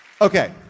okay